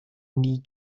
nie